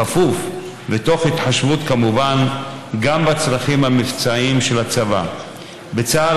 בכפוף ותוך התחשבות כמובן גם בצרכים המבצעיים של הצבא.